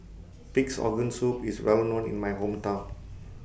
Pig'S Organ Soup IS Well known in My Hometown